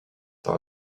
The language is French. par